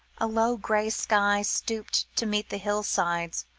a low grey sky stooped to meet the hill-sides,